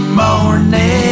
morning